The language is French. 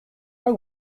pas